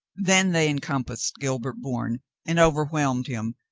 then they encompassed gilbert bourne and over whelmed him,